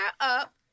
up